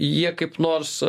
jie kaip nors